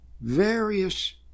various